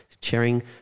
chairing